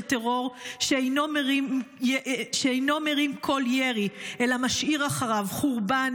של טרור שאינו מרים קול ירי אלא משאיר אחריו חורבן,